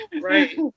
right